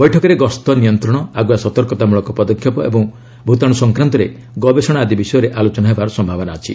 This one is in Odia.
ବୈଠକରେ ଗସ୍ତ ନିୟନ୍ତ୍ରଣ ଆଗୁଆ ସତର୍କତାମୂଳକ ପଦକ୍ଷେପ ଏବଂ ଭୂତାଣୁ ସଂକ୍ରାନ୍ତରେ ଗବେଷଣା ଆଦି ବିଷୟରେ ଆଲୋଚନା ହେବାର ସମ୍ଭାବନା ଅଛି